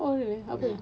oh really apa